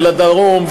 ולדרום,